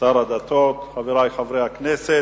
שר הדתות, חברי חברי הכנסת,